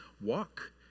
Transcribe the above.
walk